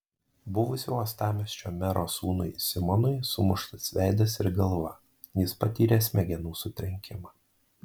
buvusio uostamiesčio mero sūnui simonui sumuštas veidas ir galva jis patyrė smegenų sutrenkimą